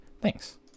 thanks